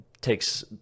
takes